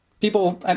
people